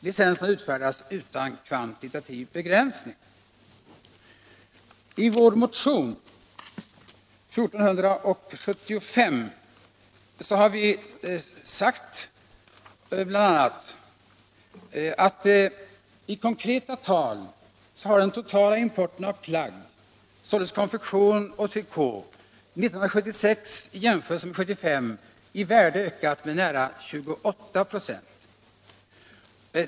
Licenserna utfärdas utan kvantitativ begränsning.” I vår motion 1475 har vi sagt bl.a. att i konkreta tal har den totala importen av plagg, således konfektion och trikå, 1976 i jämförelse med 1975 i värde ökat med nära 28 26.